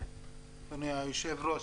אדוני היושב-ראש,